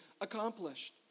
accomplished